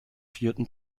vierten